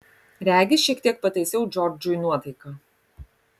regis šiek tiek pataisiau džordžui nuotaiką